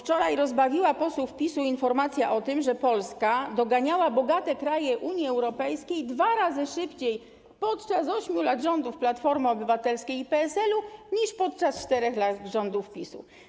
Wczoraj rozbawiła posłów PiS informacja o tym, że Polska doganiała bogate kraje Unii Europejskiej dwa razy szybciej podczas 8 lat rządów Platformy Obywatelskie i PSL niż podczas 4 lat rządów PiS.